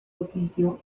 oficio